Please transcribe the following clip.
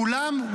כולם,